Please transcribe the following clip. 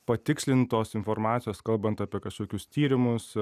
patikslintos informacijos kalbant apie kažkokius tyrimus